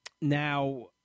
Now